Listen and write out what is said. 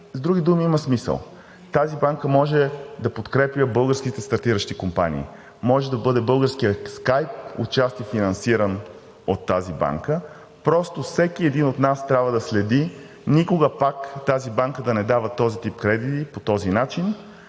С други думи, има смисъл. Тази банка може да подкрепя българските стартиращи компании. Може да бъде българският скай, отчасти финансиран от тази банка. Просто всеки от нас трябва да следи никога пак тази банка да не дава този тип кредити по този начин,